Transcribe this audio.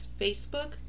Facebook